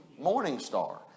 Morningstar